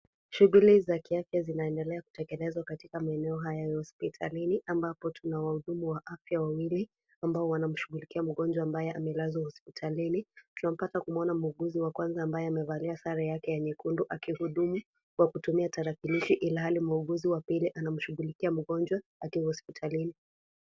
Shughuli za kiafya zinaendelea kutengenezwa katika maeneo haya ya hospitalini ambapo tunawahudumu wa afya wawili ambao wanamshughulikia mgonjwa ambaye amelazwa hospitalini, tunapata kumuona muuguzi mmoja ambaye amevalia sare yake ya nyekundu akihudumu kwa kutumia tarakilishi ilhali muuguzi wa pili anamshughulikia mgonjwa akiwa hospitalini.